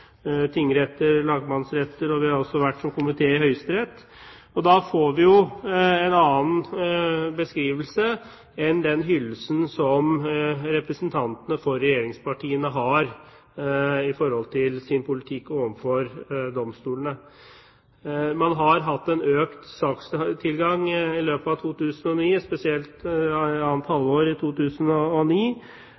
tingretter og lagmannsretter, og vi har også som komité vært i Høyesterett, og da får vi jo en annen beskrivelse enn den hyllesten som representantene for regjeringspartiene har av sin politikk overfor domstolene. Man har hatt en økt sakstilgang i løpet av 2009, spesielt i annet